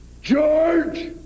George